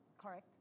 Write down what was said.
Correct